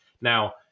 now